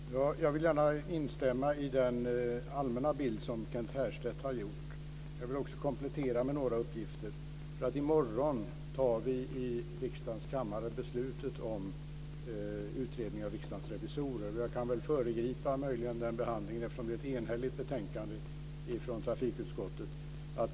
Fru talman! Jag vill gärna instämma i den allmänna bild som Kent Härstedt har lämnat. Jag vill också komplettera med några uppgifter. I morgon tar vi i riksdagens kammare beslutet om utredningen av Jag kan väl föregripa den behandlingen, eftersom det rör sig ett enhälligt betänkande från trafikutskottet.